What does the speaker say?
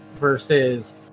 Versus